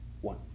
one